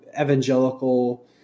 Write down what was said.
evangelical